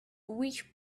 which